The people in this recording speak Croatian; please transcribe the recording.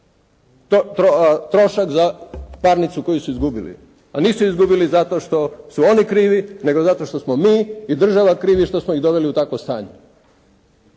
trošak za parnicu koju su izgubili, a nisu izgubili zato što su oni krivi, nego zato što smo mi i država krivi što smo ih doveli u takvo stanje.